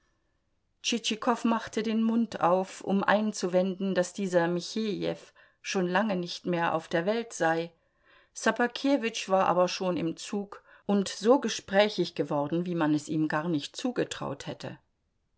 tschitschikow machte den mund auf um einzuwenden daß dieser michejew schon lange nicht mehr auf der welt sei ssobakewitsch war aber schon im zug und so gesprächig geworden wie man es ihm gar nicht zugetraut hätte